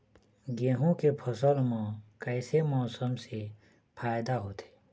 गेहूं के फसल म कइसे मौसम से फायदा होथे?